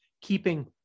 keeping